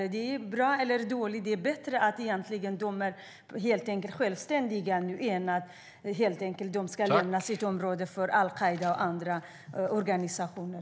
Det kan vara bra eller dåligt, men det är egentligen bättre att de är självständiga nu än att de ska behöva lämna sitt område för al-Qaida och andra organisationer.